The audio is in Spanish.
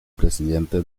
presidente